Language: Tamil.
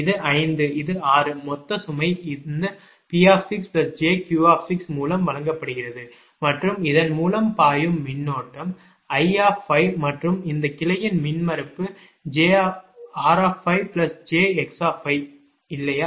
இது 5 இது 6 மொத்த சுமை இந்த P6jQ மூலம் வழங்கப்படுகிறது மற்றும் இதன் மூலம் பாயும் மின்னோட்டம் I மற்றும் இந்த கிளையின் மின்மறுப்பு rjx இல்லையா